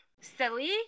silly